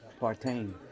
Partain